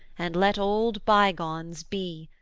and let old bygones be,